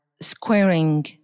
squaring